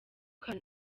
can